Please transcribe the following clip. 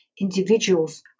individuals